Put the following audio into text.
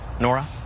Nora